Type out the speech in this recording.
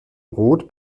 rot